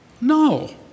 No